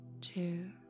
two